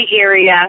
area